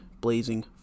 blazing